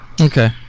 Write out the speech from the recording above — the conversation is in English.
Okay